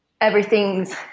everything's –